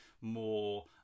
more